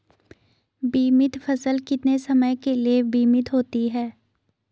बीमित फसल कितने समय के लिए बीमित होती है?